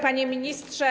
Panie Ministrze!